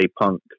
punk